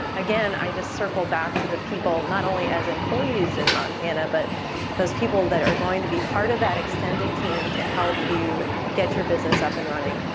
again, i just circle back to the people, not only as employees in montana, but those people that are going to be part of that extended team to help you get your business up and running.